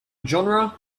genre